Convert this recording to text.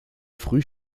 früh